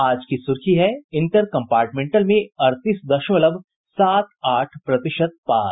आज की सुर्खी है इंटर कम्पार्टमेंटल में अड़तीस दशमलव सात आठ प्रतिशत पास